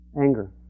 anger